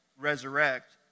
resurrect